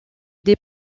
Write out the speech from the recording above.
des